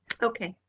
okay,